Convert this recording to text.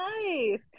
nice